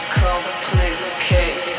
complicate